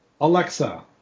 Alexa